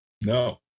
No